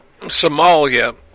Somalia